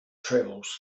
travels